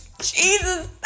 Jesus